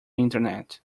internet